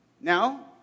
Now